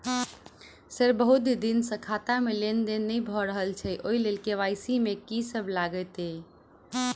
Sir बहुत दिन सऽ खाता मे लेनदेन नै भऽ रहल छैय ओई लेल के.वाई.सी मे की सब लागति ई?